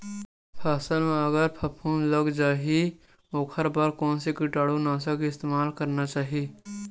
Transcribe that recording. फसल म अगर फफूंद लग जा ही ओखर बर कोन से कीटानु नाशक के इस्तेमाल करना चाहि?